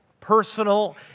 personal